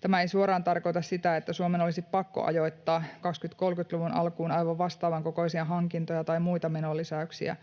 Tämä ei suoraan tarkoita sitä, että Suomen olisi pakko ajoittaa 2030-luvun alkuun aivan vastaavankokoisia hankintoja tai muita menonlisäyksiä,